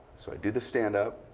so i did the stand-up.